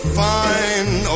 fine